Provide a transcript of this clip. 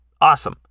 awesome